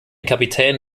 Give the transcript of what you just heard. kapitän